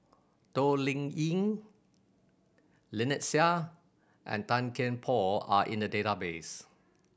Toh Liying Lynnette Seah and Tan Kian Por are in the database